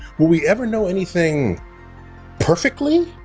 will we ever know anything perfectly?